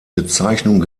bezeichnung